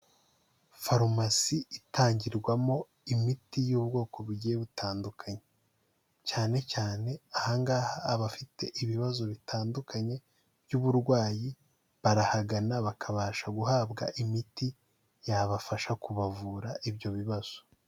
Farumasi itangirwamo imiti y'ubwoko bugiye butandukanye cyane cyane aha ngaha abafite ibibazo bitandukanye by'uburwayi, barahagana bakabasha guhabwa imiti yabafasha kubavura ibyo bibazo.